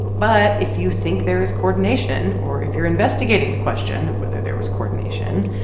but if you think there is coordination, or if you're investigating the question of whether there was coordination,